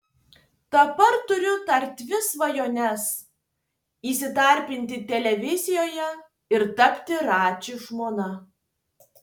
dabar turiu dar dvi svajones įsidarbinti televizijoje ir tapti radži žmona